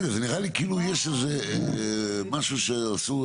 זה נראה לי כאילו יש איזה משהו שאסור,